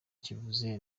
kivuze